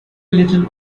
little